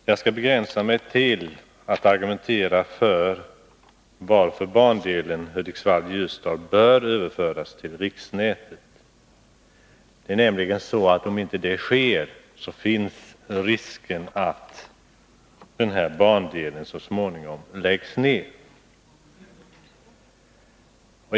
Jag skall begränsa mig till att motivera varför bandelen Hudiksvall-Ljusdal bör överföras till riksnätet. Om inte en sådan överföring sker, finns risken att denna bandel så småningom läggs ner.